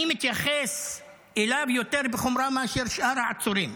אני מתייחס אליו יותר בחומרה מאשר שאר העצורים.